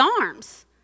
arms